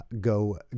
go